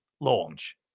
launch